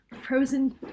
Frozen